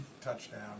touchdown